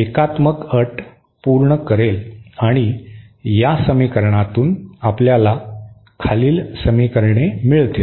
एकात्मक अट पूर्ण करेल आणि या समीकरणातून आपल्याला खालील समीकरणे मिळतील